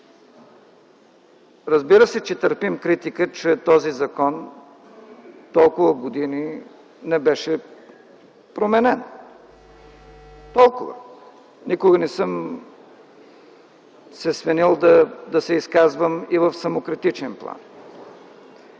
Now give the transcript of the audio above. Разбира се, че търпим критика, че този закон толкова години не беше променен. Толкова. Никога не съм се свенил да се изказвам и в самокритичен план.